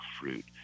fruit